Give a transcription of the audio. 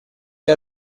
que